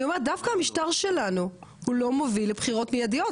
אני אומרת דווקא המשטר שלנו הוא לא מוביל לבחירות מיידיות.